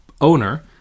owner